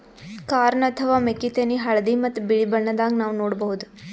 corn ಅಥವಾ ಮೆಕ್ಕಿತೆನಿ ಹಳ್ದಿ ಮತ್ತ್ ಬಿಳಿ ಬಣ್ಣದಾಗ್ ನಾವ್ ನೋಡಬಹುದ್